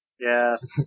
Yes